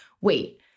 wait